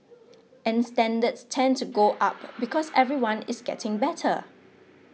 and standards tend to go up because everyone is getting better